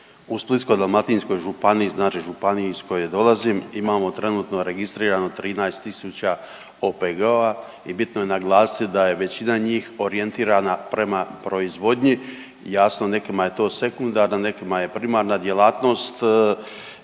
u Splitsko-dalmatinskoj županiji, znači županije iz koje dolazim imamo trenutno registrirano 13 tisuća OPG-ova i bitno je naglasiti da je većina njih orijentirana prema proizvodnji i jasno nekima je to sekundarna, nekima je primarna djelatnost